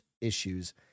issues